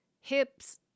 hips